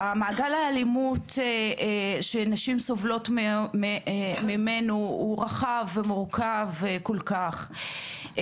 מעגל האלימות שנשים סובלות ממנו הוא רחב ומורכב כל כך.